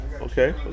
Okay